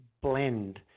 blend